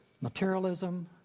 materialism